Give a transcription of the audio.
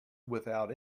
without